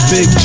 Big